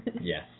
Yes